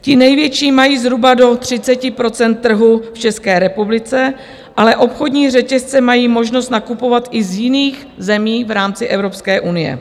Ti největší mají zhruba do 30 % trhu v České republice, ale obchodní řetězce mají možnost nakupovat i z jiných zemí v rámci Evropské unie.